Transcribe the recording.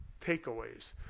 takeaways